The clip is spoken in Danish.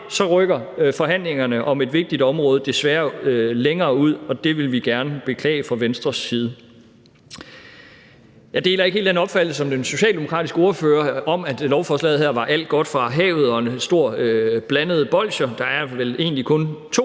også rykker forhandlingerne om et vigtigt område desværre længere væk, og det vil vi gerne beklage fra Venstres side. Jeg deler ikke helt den opfattelse, som den socialdemokratiske ordfører havde, af, at lovforslaget her var alt godt fra havet og en stor pose blandede bolsjer. Der er vel egentlig kun to